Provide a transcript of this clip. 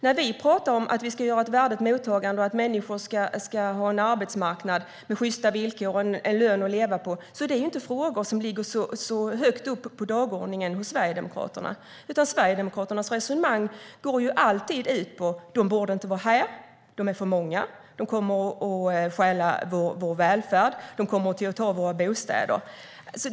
När vi talar om att vi ska ha ett värdigt mottagande och att människor ska ha en arbetsmarknad med sjysta villkor och en lön att leva på är inte det frågor som ligger så högt upp på dagordningen hos Sverigedemokraterna. Sverigedemokraternas resonemang går alltid ut på detta: De borde inte vara här. De är för många. De kommer att stjäla vår välfärd, och de kommer att ta våra bostäder.